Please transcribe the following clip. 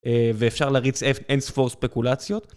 ואפשר להריץ אינספור ספקולציות.